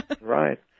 Right